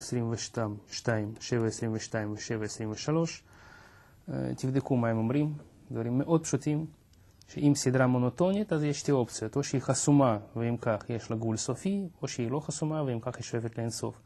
22, 22, 27, 22, 27, 23 תבדקו מה הם אומרים דברים מאוד פשוטים שאם סדרה מונוטונית אז יש שתי אופציות או שהיא חסומה ואם כך יש לה גול סופי או שהיא לא חסומה ואם כך היא שואפת לאין סוף